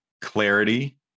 clarity